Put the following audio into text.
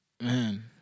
Man